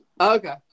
Okay